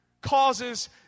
causes